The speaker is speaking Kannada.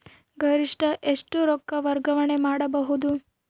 ಗರಿಷ್ಠ ಎಷ್ಟು ರೊಕ್ಕ ವರ್ಗಾವಣೆ ಮಾಡಬಹುದು?